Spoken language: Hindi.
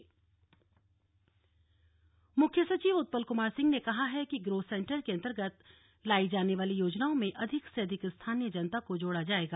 मुख्य सचिव बैठक मुख्य सचिव उत्पल कुमार सिंह ने कहा है कि ग्रोथ सेंटर के अन्तर्गत लायी जाने वाली योजनाओं में अधिक से अधिक स्थानीय जनता को जोड़ा जाएगा